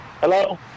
Hello